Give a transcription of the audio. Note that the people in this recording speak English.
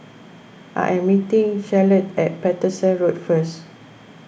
I am meeting Charlotte at Paterson Road first